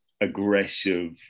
aggressive